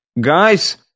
Guys